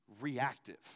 reactive